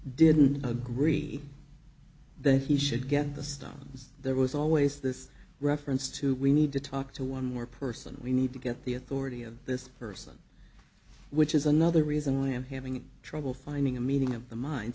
didn't agree that he should get the stones there was always this reference to we need to talk to one more person we need to get the authority of this person which is another reason why i'm having trouble finding a meeting of the mind